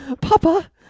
Papa